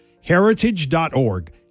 Heritage.org